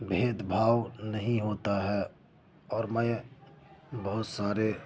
بھید بھاؤ نہیں ہوتا ہے اور میں بہت سارے